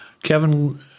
Kevin